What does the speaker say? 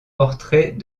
portrait